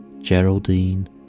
Geraldine